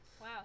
wow